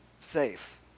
safe